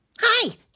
Hi